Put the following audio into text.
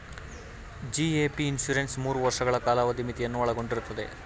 GAP insurance ಮೂರು ವರ್ಷಗಳ ಕಾಲಾವಧಿ ಮಿತಿಯನ್ನು ಒಳಗೊಂಡಿರುತ್ತದೆ